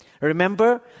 remember